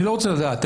אני לא רוצה לדעת,